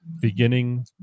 beginning